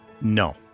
No